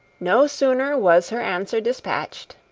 no sooner was her answer dispatched,